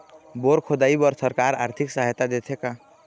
Bore खोदाई बर सरकार आरथिक सहायता देथे का?